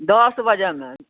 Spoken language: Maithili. दस बजेमे